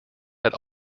had